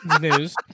news